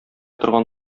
торган